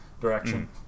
direction